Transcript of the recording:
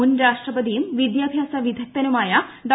മുൻ രാഷ്ട്രപതിയും വിദ്യാഭ്യാസ വിദഗ്ദ്ധനുമായ ഡോ